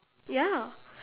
ya